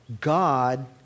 God